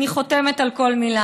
אני חותמת על כל מילה.